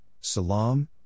Salam